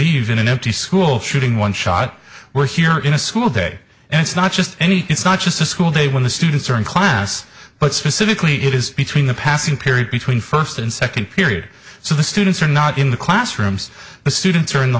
in an empty school shooting one shot we're here in a school day and it's not just any it's not just the school day when the students are in class but specifically it is between the passing period between first and second period so the students are not in the classrooms the students are in the